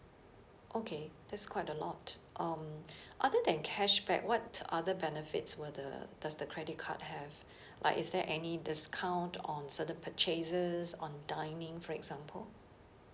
okay that's quite a lot um other than cashback what other benefits were the does the credit card have like is there any discount on certain purchases on dining for example